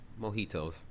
mojitos